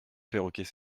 perroquet